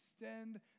extend